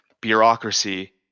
bureaucracy